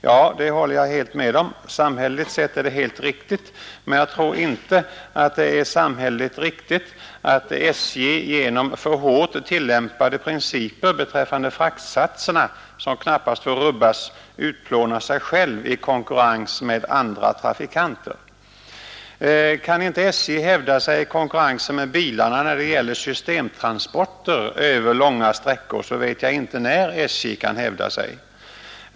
Ja, det håller jag helt med om — samhälleligt sett är det helt riktigt, men jag tror inte det är samhälleligt riktigt att SJ genom för hårt tillämpade principer beträffande fraktsatserna, som knappast får rubbas, utplånar sig självt i konkurrens med andra trafikanter. Kan inte SJ hävda sig i konkurrensen med bilarna när det gäller systemtransporter över långa sträckor, så vet jag inte när SJ kan hävda sig.